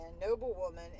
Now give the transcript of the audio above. noblewoman